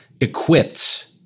equipped